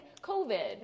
COVID